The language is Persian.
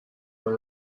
مال